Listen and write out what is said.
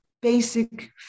basic